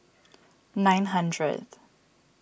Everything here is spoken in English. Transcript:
nine hundreds